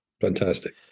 Fantastic